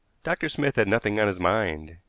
dr. smith had nothing on his mind.